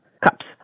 cups